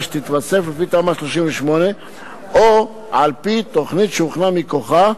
שתתווסף לפי תמ"א 38 או על-פי תוכנית שהוכנה מכוחה,